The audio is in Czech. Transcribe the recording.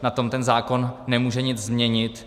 Na tom ten zákon nemůže nic změnit.